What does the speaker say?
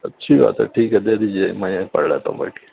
اچھی بات ہے ٹھیک ہے دے دیجیے میں یہیں پڑھ لیتا ہوں بیٹھ کے